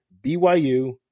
BYU